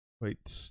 Wait